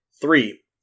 three